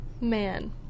Man